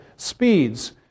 Speeds